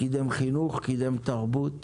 קידם חינוך, קידם תרבות.